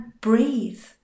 breathe